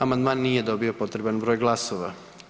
Amandman nije dobio potreban broj glasova.